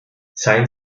seien